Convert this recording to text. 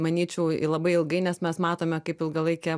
manyčiau labai ilgai nes mes matome kaip ilgalaikė